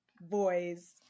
boys